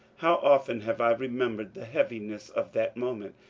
how often have i remembered the heaviness of that mo ment,